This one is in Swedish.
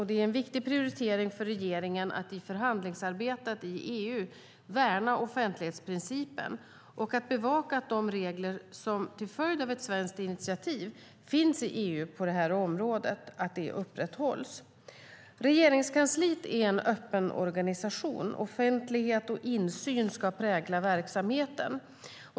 Det är en viktig prioritering för regeringen att i förhandlingsarbetet i EU värna offentlighetsprincipen och att bevaka att de regler som, till följd av ett svenskt initiativ, finns i EU på detta område upprätthålls. Regeringskansliet är en öppen organisation. Offentlighet och insyn ska prägla verksamheten.